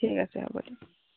ঠিক আছে হ'ব দিয়ক